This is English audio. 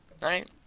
right